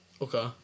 Okay